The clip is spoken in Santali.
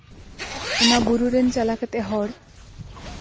ᱚᱱᱟ ᱵᱩᱨᱩ ᱨᱮᱱ ᱪᱟᱞᱟᱣ ᱠᱟᱛᱮᱜ ᱦᱚᱲ